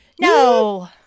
No